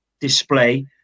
display